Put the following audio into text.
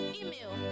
email